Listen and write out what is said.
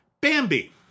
Bambi